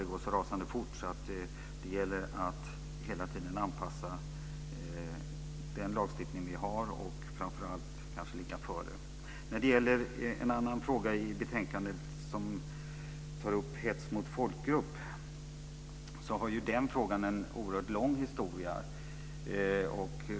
Det går så rasande fort att det gäller att hela tiden anpassa den lagstiftning som finns och att framför allt ligga före. En annan fråga i betänkandet gäller hets mot folkgrupp. Den frågan har en oerhört lång historia.